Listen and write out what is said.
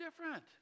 different